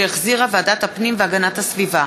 שהחזירה ועדת הפנים והגנת הסביבה,